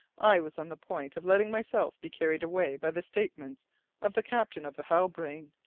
i was on the point of letting myself be carried away by the statements of the captain of the halbrane!